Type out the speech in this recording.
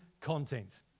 content